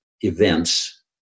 events